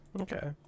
Okay